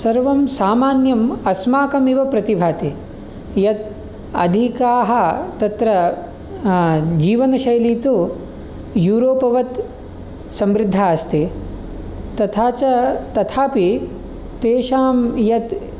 सर्वं सामान्यम् अस्माकमिव प्रतिभाति यत् अधिकाः तत्र जीवनशैली तु यूरोपवत् समृद्धा अस्ति तथा च तथापि तेषां यत्